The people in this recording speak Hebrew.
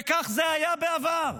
וכך זה היה בעבר.